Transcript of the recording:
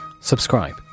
subscribe